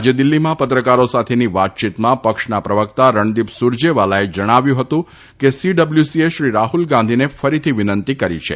આજે દિલ્હીમાં પત્રકારો સાથેની વાતચીતમાં પક્ષના પ્રવકતા રણદીપ સૂરજેવાલાએ જણાવ્યું હતું કે સીડબ્લ્યુસીએ શ્રી રાહલ ગાંધીને ફરીથી વિનંતી કરી છે